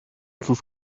sus